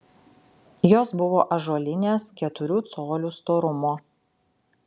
jos buvo ąžuolinės keturių colių storumo